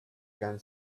can